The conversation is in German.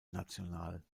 national